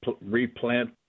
replant